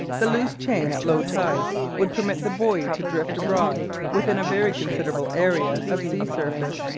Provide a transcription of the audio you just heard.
the loose chain at low tide would permit the buoy to drift abroad within a very considerable area of sea surface,